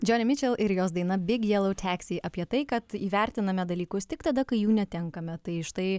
džioni mičel ir jos daina big jelou teksi apie tai kad įvertiname dalykus tik tada kai jų netenkame tai štai